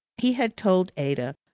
he had told ada,